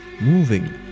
moving